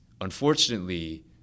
unfortunately